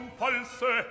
false